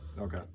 Okay